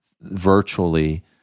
virtually